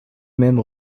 même